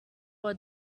all